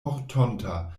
mortonta